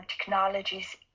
technologies